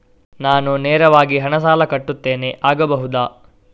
ನಾನು ನೇರವಾಗಿ ಹಣ ಸಾಲ ಕಟ್ಟುತ್ತೇನೆ ಆಗಬಹುದ?